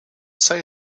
say